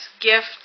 gift